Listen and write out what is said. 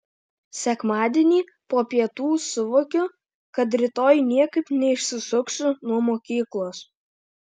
sekmadienį po pietų suvokiu kad rytoj niekaip neišsisuksiu nuo mokyklos